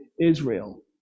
Israel